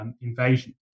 invasion